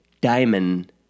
diamond